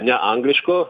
ne angliškų